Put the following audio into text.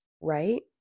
right